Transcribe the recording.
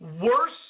worse